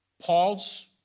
Paul's